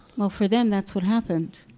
well for them, that's what happened.